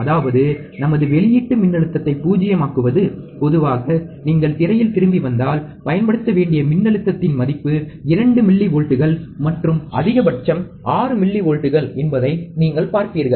அதாவது நமது வெளியீட்டு மின்னழுத்தத்தை பூஜ்யமாக்குவது பொதுவாக நீங்கள் திரையில் திரும்பி வந்தால் பயன்படுத்த வேண்டிய மின்னழுத்தத்தின் மதிப்பு 2 மில்லிவோல்ட்கள் மற்றும் அதிகபட்சம் 6 மில்லிவோல்ட்கள் என்பதை நீங்கள் பார்ப்பீர்கள்